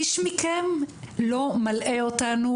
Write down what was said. איש מכם לא מלאה אותנו,